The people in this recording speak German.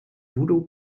voodoo